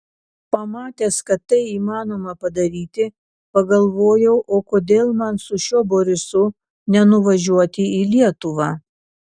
pamatęs kad tai įmanoma padaryti pagalvojau o kodėl man su šiuo borisu nenuvažiuoti į lietuvą